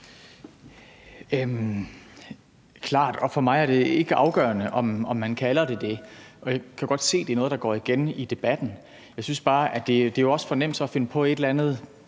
Klart. For mig er det ikke afgørende, om man kalder det det. Jeg kan godt se, det er noget, der går igen i debatten, men jeg synes bare, at det også er for nemt at finde på et eller andet